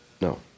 No